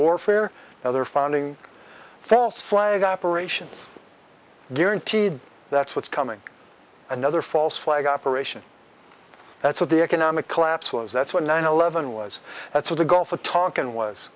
warfare another founding false flag operations guaranteed that's what's coming another false flag operation that's what the economic collapse was that's when nine eleven was that's what the gulf of tonkin was